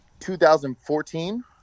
2014